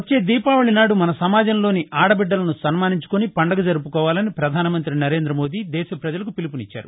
వచ్చే దీపావళి నాడు మన సమాజంలోని ఆడబిద్దలను సన్నానించుకుని పండుగ జరుపుకోవాలని ప్రధానమంతి నరేంద్రమోదీ దేశ ప్రజలకు పిలుపునిచ్చారు